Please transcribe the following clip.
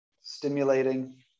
stimulating